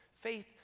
Faith